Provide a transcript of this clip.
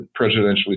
presidentially